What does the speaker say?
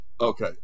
Okay